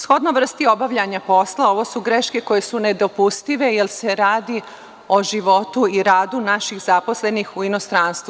Shodno vrsti obavljanje posla, ovo su greške koje su nedopustive jer se radi o životu i radu naših zaposlenih u inostranstvu.